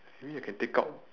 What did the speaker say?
maybe I can take out